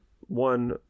one